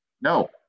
No